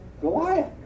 Goliath